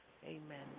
Amen